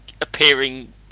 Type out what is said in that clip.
appearing